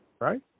Right